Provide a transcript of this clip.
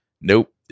nope